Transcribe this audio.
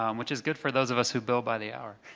um which is good for those of us who bill by the hour.